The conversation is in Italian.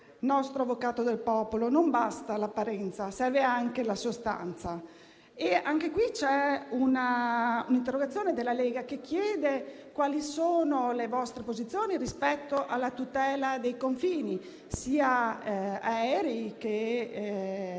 nostro avvocato del popolo, non basta l'apparenza, ma serve anche la sostanza e giace qui un'interrogazione della Lega che chiede quali siano le vostre posizioni rispetto alla tutela dei confini, sia aerei che terrestri